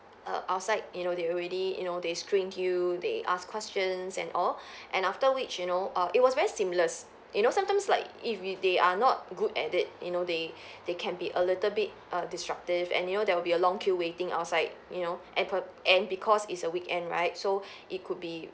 err outside you know they already you know they screened you they ask questions and all and after which you know err it was very seamless you know sometimes like if if they are not good at it you know they they can be a little bit err disruptive and you know there will be a long queue waiting outside you know and po~ and because it's a weekend right so it could be